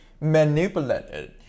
manipulated